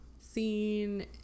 seen